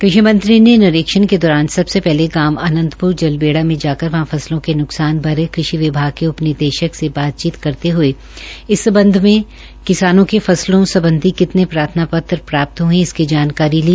कृशि मंत्री ने निरीक्षण के दौरान सबसे पहले गांव आनंदपुर जलवेडा में जाकर वहां फसलों के नुकसान बारे कृशि विमाग के उप निदे ाक से बातचीत करते हुए इस संबंध में किसानों के फसलों संबंधि कितने प्रार्थना पत्र प्राप्त हुए हैं इसकी जानकारी ली